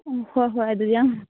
ꯎꯝ ꯍꯣꯏ ꯍꯣꯏ ꯑꯗꯨꯗꯤ ꯌꯥꯝ